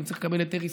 ואני צריך לקבל היתר,